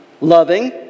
Loving